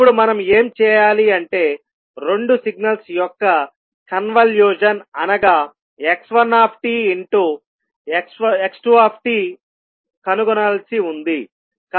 ఇప్పుడు మనం ఏం చేయాలి అంటే రెండు సిగ్నల్స్ యొక్క కన్వల్యూషన్ అనగా x1tx2 కనుగొనవలసి ఉంది